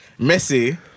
Messi